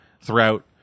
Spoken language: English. throughout